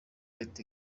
reta